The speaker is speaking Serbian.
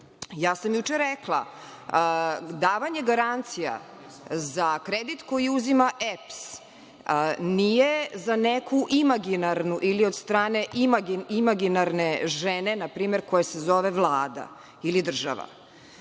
sam rekla – davanje garancija za kredit koji uzima EPS nije za neku imaginarnu ili od strane imaginarne žene npr. koja se zove Vlada ili država.